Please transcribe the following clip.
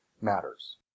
matters